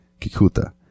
Kikuta